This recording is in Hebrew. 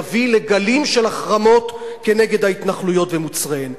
יביא לגלים של החרמות כנגד ההתנחלויות ומוצריהן.